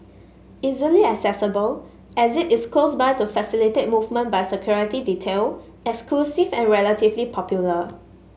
easily accessible exit is close by to facilitate movement by security detail exclusive and relatively popular